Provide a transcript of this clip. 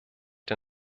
der